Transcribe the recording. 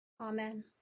Amen